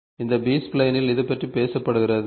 இந்த பி ஸ்ப்லைனில் இது பற்றி பேசப்படுகிறது